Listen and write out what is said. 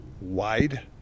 wide